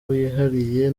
wihariye